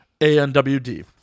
anwd